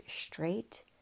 straight